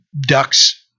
ducks